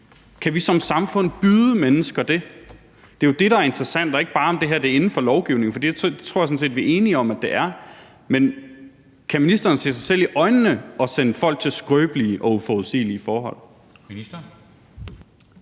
Kan vi som samfund byde mennesker det? Det er jo det, der er interessant; det er jo ikke bare, om det her er inden for lovgivningen, for det tror jeg sådan set vi er enige om at det er. Men kan ministeren se sig selv i øjnene og sende folk til områder med skrøbelige og uforudsigelige forhold?